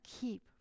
keep